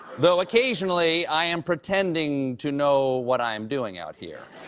though occasionally i am pretending to know what i am doing out here.